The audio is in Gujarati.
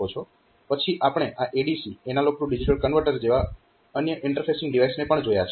પછી આપણે આ ADC analog to digital converter જેવા અન્ય ઈન્ટરફેસિંગ ડિવાઈસને પણ જોયા છે